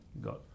got